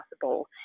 possible